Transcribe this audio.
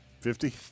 fifty